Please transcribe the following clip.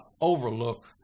overlook